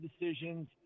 decisions